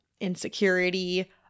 insecurity